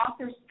author's